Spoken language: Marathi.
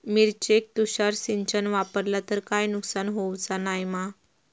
मिरचेक तुषार सिंचन वापरला तर काय नुकसान होऊचा नाय मा?